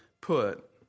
put